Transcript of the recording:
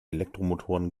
elektromotoren